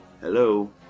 Hello